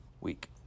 week